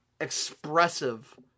expressive